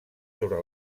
sobre